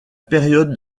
période